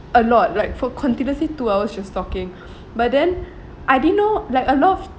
a lot like for continuously two hours just talking but then I didn't know like a lot